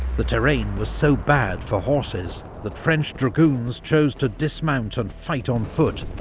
the terrain was so bad for horses that french dragoons choose to dismount and fight on foot,